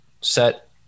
Set